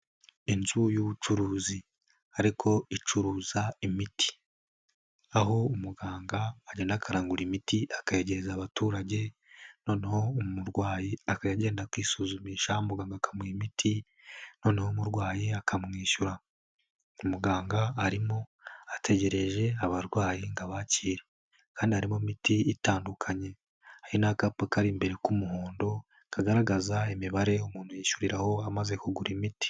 Inzu y'ubucuruzi ariko icuruza imiti aho umuganga agenda akagura imiti akayegereza abaturage noneho umurwayi akajya agenda akisuzumisha muganga akamuha imiti noneho umurwayi akamwishyura, muganga arimo ategereje abarwayi ngo abakire kandi harimo imiti itandukanye, hari n'akapa kari imbere k'umuhondo kagaragaza imibare umuntu yishyuriraho amaze kugura imiti.